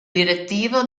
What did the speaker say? direttivo